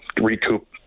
recoup